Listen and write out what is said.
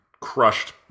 crushed